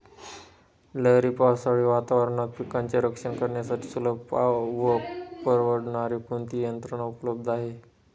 लहरी पावसाळी वातावरणात पिकांचे रक्षण करण्यासाठी सुलभ व परवडणारी कोणती यंत्रणा उपलब्ध आहे?